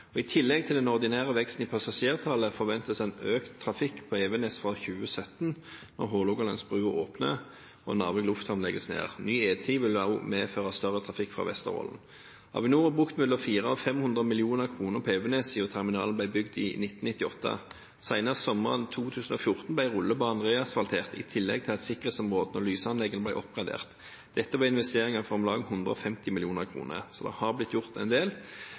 I tillegg til den ordinære veksten i passasjertallet forventes en økt trafikk på Evenes fra 2017 når Hålogalandsbrua åpner og Narvik lufthavn legges ned. Ny E10 vil medføre større trafikk fra Vesterålen. Avinor har brukt mellom 400 og 500 mill. kr på Evenes siden terminalen ble bygd i 1998. Senest sommeren 2014 ble rullebanen reasfaltert, i tillegg til at sikkerhetsområdene og lysanleggene ble oppgradert. Dette var investeringer for om lag 150 mill. kr, så det har blitt gjort en del.